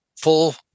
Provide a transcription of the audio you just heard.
full